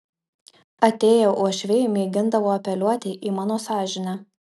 atėję uošviai mėgindavo apeliuoti į mano sąžinę